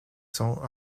sont